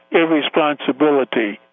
irresponsibility